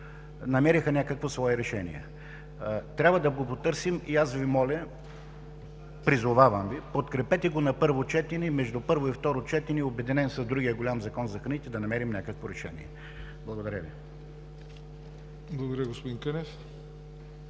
намериха някакво свое решение. Трябва да го потърсим, и аз Ви моля, призовавам Ви, подкрепете го на първо четене, и между първо и второ четене, обединен с другия, голям Закон за храните, да намерим някакво решение. Благодаря Ви. ПРЕДСЕДАТЕЛ ЯВОР